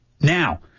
Now